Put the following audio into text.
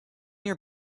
your